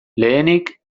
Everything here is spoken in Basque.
lehenik